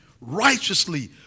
righteously